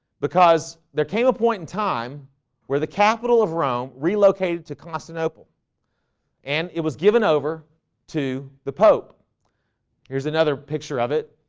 because there came a point in time where the capital of rome relocated to constant opel and it was given over to the pope here's another picture of it.